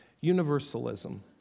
Universalism